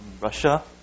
Russia